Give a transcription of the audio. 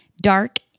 Dark